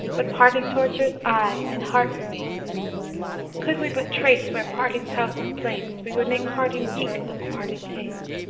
but parting-tortures aye in heart remain could we but trace where parting's house is placed, we would make parting eke of parting taste